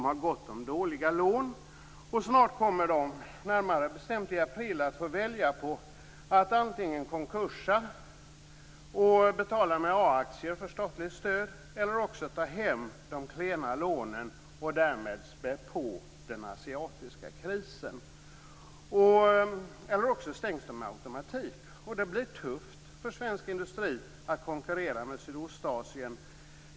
De har gott om dåliga lån, och snart, närmare bestämt i april, kommer de att få välja på att antingen gå i konkurs och betala med a-aktier för statligt stöd eller att ta hem de klena lånen och därmed spä på den asiatiska krisen. Eller också stängs de med automatik. Det blir tufft för svensk industri att konkurrera med Sydostasien.